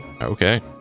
Okay